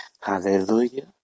Hallelujah